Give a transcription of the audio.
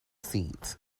seat